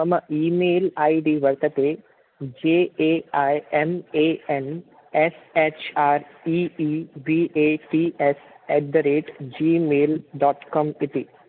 मम email ID वर्तते J A I M A N S H R E E V A C S at the rate Gmail dot com इति